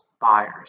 buyers